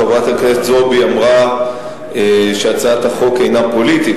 חברת הכנסת זועבי אמרה שהצעת החוק אינה פוליטית.